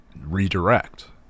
redirect